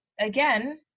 again